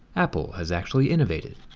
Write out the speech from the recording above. apple has actually innovated,